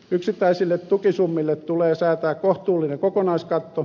yksittäisille tukisummille tulee säätää kohtuullinen kokonaiskatto